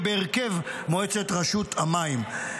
בהרכב מועצת רשות המים,